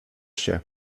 się